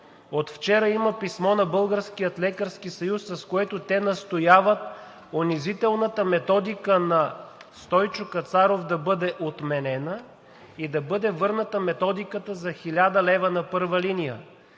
От вчера има писмо на Българския лекарски съюз, с което те настояват, унизителната методика на Стойчо Кацаров да бъде отменена и да бъде върната методиката за 1000 лв. на първа линия